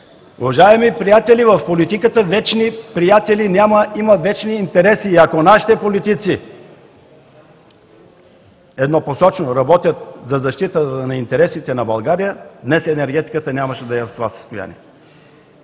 Уважаеми приятели, в политиката вечни приятели няма, има вечни интереси. Ако нашите политици еднопосочно работят за защита на интересите на България, днес енергетиката нямаше да е в това състояние.